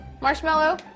Marshmallow